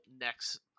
next